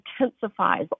intensifies